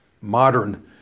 modern